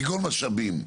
כגון משאבים,